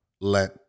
let